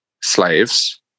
slaves